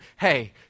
hey